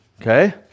Okay